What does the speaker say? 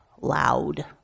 loud